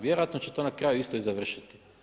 Vjerojatno će to na kraju isto i završiti.